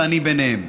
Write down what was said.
ואני ביניהם.